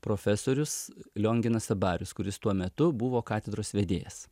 profesorius lionginas abarius kuris tuo metu buvo katedros vedėjas